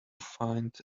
find